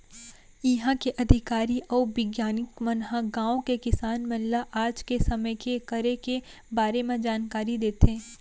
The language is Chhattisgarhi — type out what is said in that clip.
इहॉं के अधिकारी अउ बिग्यानिक मन ह गॉंव के किसान मन ल आज के समे के करे के बारे म जानकारी देथे